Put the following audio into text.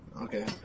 Okay